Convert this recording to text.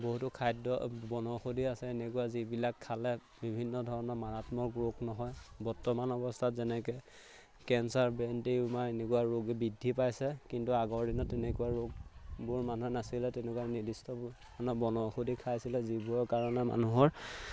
বহুতো খাদ্য বনৌষধি আছে এনেকুৱা যিবিলাক খালে বিভিন্ন ধৰণৰ মাৰাত্মক ৰোগ নহয় বৰ্তমান অৱস্থাত যেনেকৈ কেঞ্চাৰ ব্ৰেইন টিউমাৰ এনেকুৱা ৰোগ বৃদ্ধি পাইছে কিন্তু আগৰ দিনত তেনেকুৱা ৰোগবোৰ মানুহৰ নাছিলে তেনেকুৱা নিৰ্দিষ্টবোৰ মানে বনৌষধি খাইছিলে যিবোৰৰ কাৰণে মানুহৰ